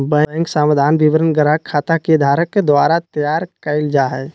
bank समाधान विवरण ग्राहक खाता के धारक द्वारा तैयार कइल जा हइ